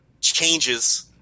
changes